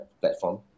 platform